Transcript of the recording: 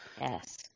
Yes